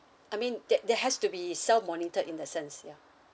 I mean there there has to be self monitor in the sense yeah